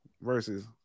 Versus